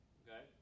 okay